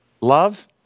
love